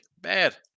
bad